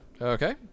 Okay